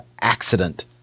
accident